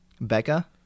Becca